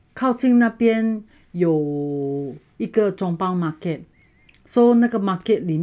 那边有一个 chong pang market so 那个 market 里